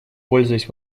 пользуясь